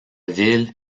ville